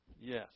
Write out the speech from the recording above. Yes